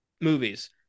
movies